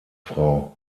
frau